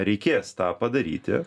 reikės tą padaryti